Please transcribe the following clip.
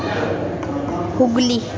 Hooghly